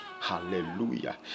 Hallelujah